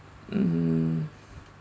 mm